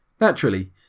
Naturally